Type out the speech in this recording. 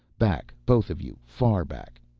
back both of you, far back.